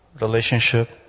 relationship